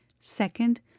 Second